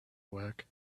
work